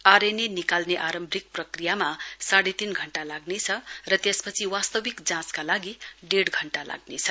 RNA निकाल्ने आरम्भिक प्रक्रिया साडै तीन घण्टा लाग्नेछ र त्यसपछि वास्ताविक जाँचका लागि डेड घण्टा लाग्नेछ